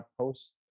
post